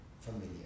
familiar